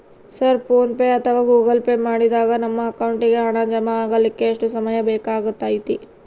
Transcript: Sir PhonePe ಅಥವಾ Google Pay ಮಾಡಿದಾಗ ನಮ್ಮ ಅಕೌಂಟಿಗೆ ಹಣ ಜಮಾ ಆಗಲಿಕ್ಕೆ ಎಷ್ಟು ಸಮಯ ಬೇಕಾಗತೈತಿ?